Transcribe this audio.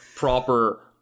proper